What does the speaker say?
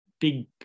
big